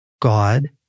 God